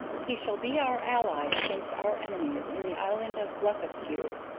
he shall be our ally against our enemies in the island of blefuscu,